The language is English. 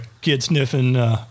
kid-sniffing